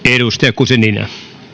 edustaja guzenina